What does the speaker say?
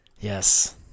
yes